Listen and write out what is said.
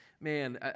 Man